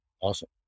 awesome